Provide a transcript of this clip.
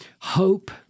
hope